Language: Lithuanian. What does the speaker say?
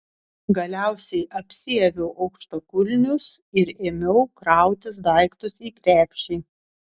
galiausiai apsiaviau aukštakulnius ir ėmiau krautis daiktus į krepšį